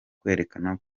kwerekana